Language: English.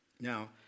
Now